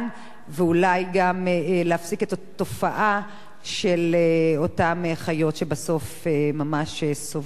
ואולי גם להפסיק את התופעה של אותן חיות שבסוף ממש סובלות בדרך.